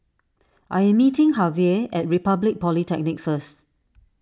I am meeting Javier at Republic Polytechnic first